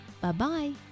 Bye-bye